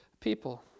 people